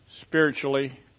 spiritually